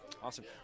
Awesome